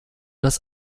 dass